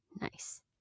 nice